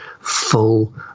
full